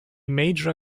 major